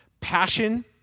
Passion